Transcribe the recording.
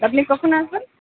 আপনি কখন আসবেন